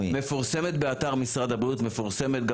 מפורסמת באתר משרד הבריאות ומפורסמת גם